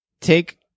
take